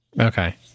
Okay